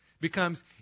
becomes